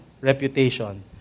reputation